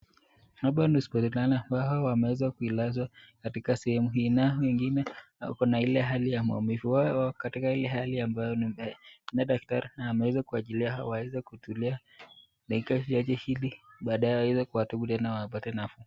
Hapa ni hospitali, hawa wameweza kulazwa katika sehemu hii, nao wengine wako katika hali ya maumivu. Katika ile hali, daktari ameweza kuachilia hawa waweze kutulia ili baadae aweze kuwashughulikia ili waweze kupata nafuu.